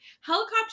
Helicopter